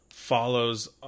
Follows